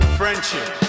friendship